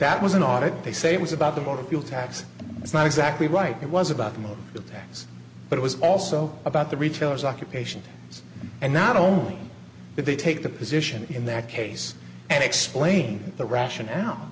that was an audit they say was about the motor fuel tax it's not exactly right it was about more than that but it was also about the retailers occupation and not only that they take the position in that case and explain the rationale